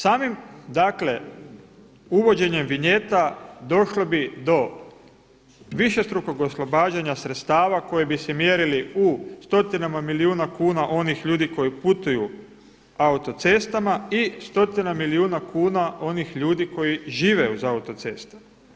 Samim dakle uvođenjem vinjeta došlo bi do višestrukog oslobađanja sredstava koji bi se mjerili u stotinama milijuna kuna onih ljudi koji putuju autocestama i stotina milijuna kuna onih ljudi koji žive uz autoceste.